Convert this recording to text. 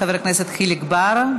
חבר הכנסת חיליק בר,